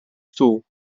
stoel